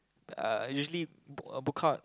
uh I usually book out